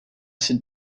sit